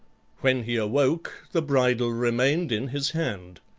when he awoke the bridle remained in his hand.